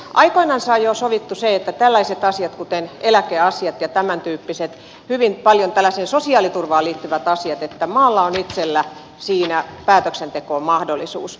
aikoinansa on jo sovittu se että tällaisissa asioissa kuten eläkeasiat ja tämäntyyppiset hyvin paljon tällaiseen sosiaaliturvaan liittyvät asiat maalla on itsellään päätöksentekomahdollisuus